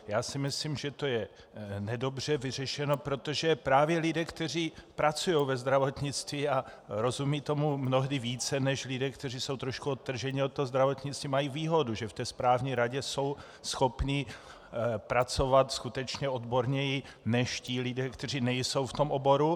Já si myslím, že to je nedobře vyřešeno, protože právě lidé, kteří pracují ve zdravotnictví a rozumějí tomu mnohdy více než lidé, kteří jsou trošku odtrženi od toho zdravotnictví, mají výhodu, že v té správní radě jsou schopni pracovat skutečně odborněji než ti lidé, kteří nejsou v tom oboru.